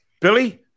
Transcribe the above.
Billy